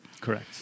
Correct